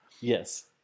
Yes